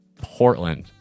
Portland